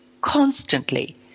constantly